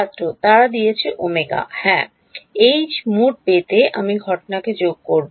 ছাত্র তারা দিয়েছে Ω হ্যাঁ মোট H পেতে আমি ঘটনাকে যোগ করব